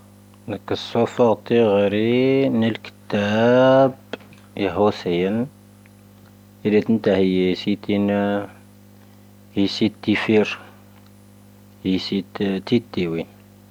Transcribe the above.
ⵏⴰⴽⴰ ⵙoⴼⴰ ⵜⴳⴰⵔⴻ ⵏⵉⵍ ⴽⵉⵜⴰⴱ ⴻ ⵀoⵙⴻⴻⵏ. ⵉⵔⵔⵉⵜⵏⴷⴰ ⵀⵉⵉ ⵙⵉⵜⵉⵏ, ⵀⵉⵉ ⵙⵉⵜⵉ ⴼⵉⵔ, ⵀⵉⵉ ⵙⵉⵜ ⵜⵉⵜⵉ ⵡⵉⵏ.